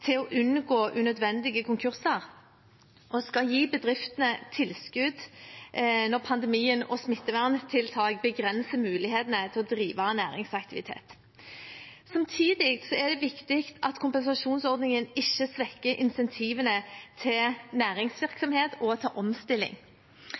til å unngå unødvendige konkurser og å gi bedriftene tilskudd når pandemien og smitteverntiltak begrenser mulighetene til å drive næringsaktivitet. Samtidig er det viktig at kompensasjonsordningen ikke svekker insentivene til